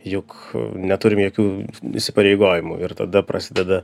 juk neturim jokių įsipareigojimų ir tada prasideda